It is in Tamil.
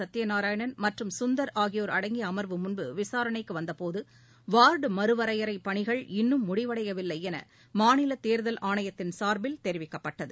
சத்தியநாராயணன் மற்றும் சுந்தர் ஆகியோர் அடங்கியஅமர்வு விசாரணைக்குவந்தபோது வார்டு வரையறைபணிகள் முன்பு இன்மை் மறு முடிவடையவில்லைஎனமாநிலதேர்தல் ஆணையத்தின் சார்பில் தெரிவிக்கப்பட்டது